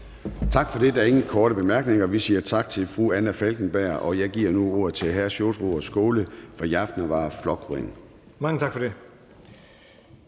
Tak for det. Der er ingen korte bemærkninger. Vi siger tak til fru Anna Falkenberg, og jeg giver nu ordet til hr. Sjúrður Skaale fra Javnaðarflokkurin. Kl.